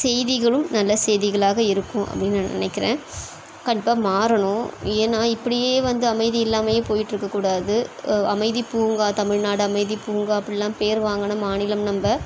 செய்திகளும் நல்ல செய்திகளாக இருக்கும் அப்படின்னு நான் நினைக்கிறேன் கன்ஃபார்ம் மாறணும் ஏன்னா இப்படியே வந்து அமைதி இல்லாமயே போயிட்டு இருக்கக்கூடாது அமைதிப்பூங்கா தமிழ்நாடு அமைதிப்பூங்கா அப்பிடிலாம் பேர் வாங்கின மாநிலம் நம்ப